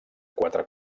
quatre